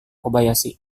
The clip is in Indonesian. kobayashi